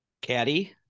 caddy